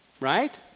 Right